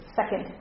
second